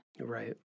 Right